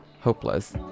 hopeless